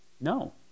no